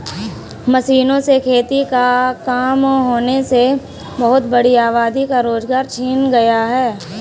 मशीनों से खेती का काम होने से बहुत बड़ी आबादी का रोजगार छिन गया है